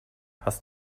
hast